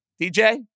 DJ